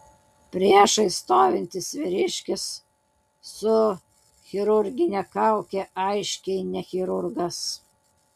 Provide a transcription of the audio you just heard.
priešais stovintis vyriškis su chirurgine kauke aiškiai ne chirurgas